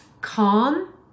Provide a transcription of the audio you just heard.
calm